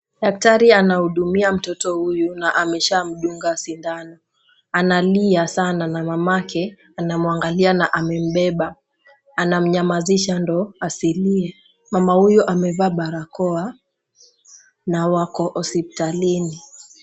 Daktari anahudumia mtoto huyu na ameshwa mtungaa sindano analia sana na mamake anamwangalia na amebeba na anamnyamasisha ndio asilie mama huyu amevaa barakoa na wako hospitalini.